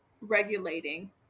regulating